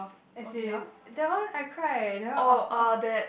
as in that one I cry eh that one I I